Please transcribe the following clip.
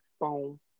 boom